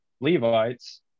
Levites